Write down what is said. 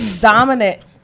dominant